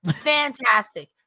Fantastic